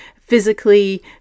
physically